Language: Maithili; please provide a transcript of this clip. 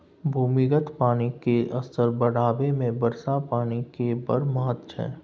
भूमिगत पानि केर स्तर बढ़ेबामे वर्षा पानि केर बड़ महत्त्व छै